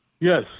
Yes